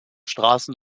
straßen